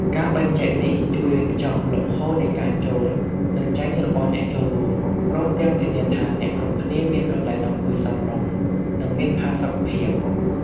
ការបែងចែកនេះជួយរៀបចំលំហូរនៃការចូល និងចេញរបស់អ្នកចូលរួម ព្រមទាំងធានាថាអ្នកគ្រប់គ្នាមានកន្លែងអង្គុយសមរម្យ និងមានផាសុកភាព។